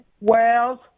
Wales